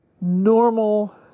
normal